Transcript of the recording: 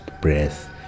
breath